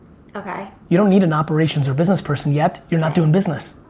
okay. you don't need an operations or business person yet. you're not doing business.